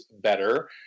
better